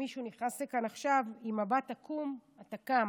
מישהו נכנס לכאן עכשיו עם מבט עקום אתה קם,